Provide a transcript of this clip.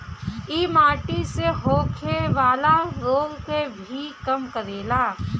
इ माटी से होखेवाला रोग के भी कम करेला